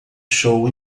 show